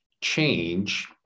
change